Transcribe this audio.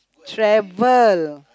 travel